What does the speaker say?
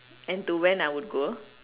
and to when I would go